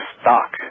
stock